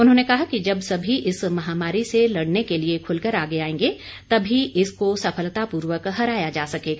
उन्होंने कहा कि जब सभी इस महामारी से लड़ने के लिए खुलकर आगे आएंगे तभी इस महामारी को सफलता पूर्वक हराया जा सकेगा